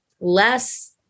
less